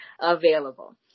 available